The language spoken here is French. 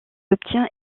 obtient